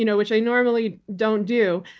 you know which i normally don't do.